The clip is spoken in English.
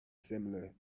similar